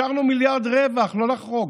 השארנו מיליארד רווח, לא לחרוג,